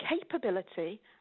capability